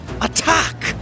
Attack